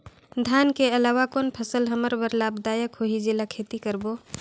धान के अलावा कौन फसल हमर बर लाभदायक होही जेला खेती करबो?